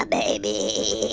baby